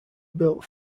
built